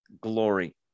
glory